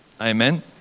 Amen